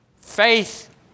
Faith